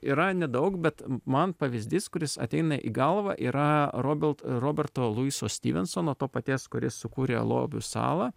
yra nedaug bet man pavyzdys kuris ateina į galvą yra robelt roberto luiso stivensono to paties kuris sukūrė lobių salą